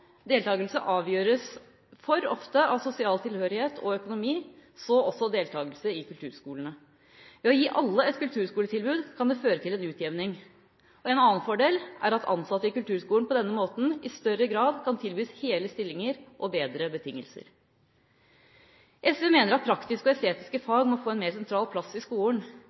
Deltakelsen avgjøres for ofte av sosial tilhørighet og økonomi, så også deltakelse i kulturskolene. Å gi alle et kulturskoletilbud kan føre til en utjevning. En annen fordel er at ansatte i kulturskolen på denne måten i større grad kan tilbys hele stillinger og bedre betingelser. SV mener at praktiske og estetiske fag må få en mer sentral plass i skolen.